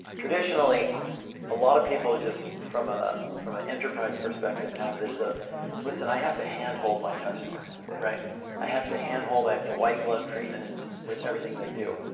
traditionally a lot of people just from ah from an enterprise perspective have this of listen, i have to hand-hold my customer. i have to hand-hold, i have to white-glove treatment with everything they do.